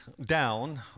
down